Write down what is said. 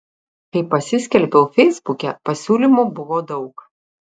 kai pasiskelbiau feisbuke pasiūlymų buvo daug